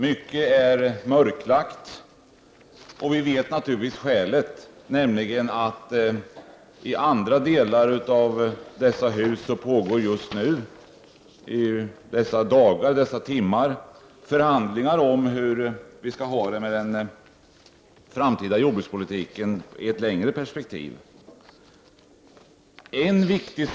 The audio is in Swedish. Mycket är mörklagt, och vi känner naturligtvis till skälet till detta, nämligen att det i andra delar av dessa hus just nu pågår förhandlingar om hur den framtida jordbrukspolitiken, sett i ett längre perspektiv, skall föras.